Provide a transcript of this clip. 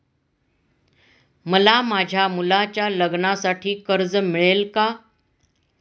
मला माझ्या मुलाच्या लग्नासाठी कर्ज मिळेल का?